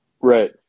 Right